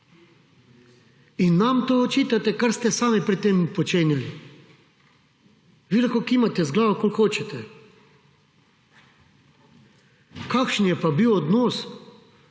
In nam to očitate, kar ste sami pred tem počenjali. Vi lahko kimate z glavo, kolikor hočete. Kakšen je pa bil odnos